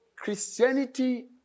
Christianity